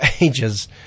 ages